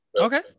okay